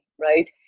right